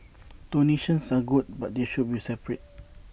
donations are good but they should be separate